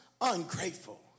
ungrateful